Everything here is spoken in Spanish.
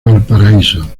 valparaíso